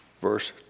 verse